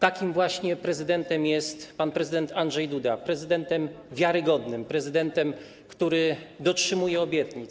Takim właśnie prezydentem jest pan prezydent Andrzej Duda - prezydentem wiarygodnym, prezydentem, który dotrzymuje obietnic.